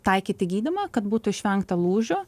taikyti gydymą kad būtų išvengta lūžio